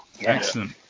excellent